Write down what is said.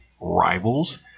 rivals